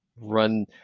run